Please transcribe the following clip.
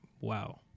wow